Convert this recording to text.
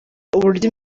uburyo